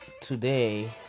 Today